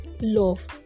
love